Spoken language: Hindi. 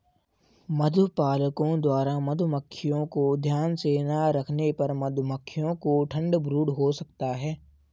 मधुपालकों द्वारा मधुमक्खियों को ध्यान से ना रखने पर मधुमक्खियों को ठंड ब्रूड हो सकता है